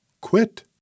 quit